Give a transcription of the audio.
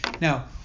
Now